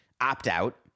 opt-out